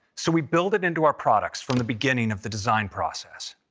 so we build it into our products from the beginning of the design process.